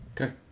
Okay